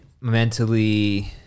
mentally